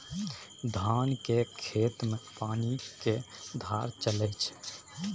धान केर खेत मे पानि केर धार चलइ छै